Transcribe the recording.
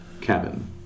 cabin